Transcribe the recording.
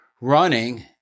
running